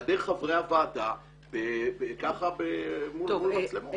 בהיעדר חברי הוועדה, ככה מול מצלמות.